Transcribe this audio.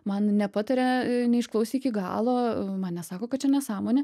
man nepataria neišklausę iki galo man nesako kad čia nesąmonė